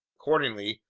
accordingly,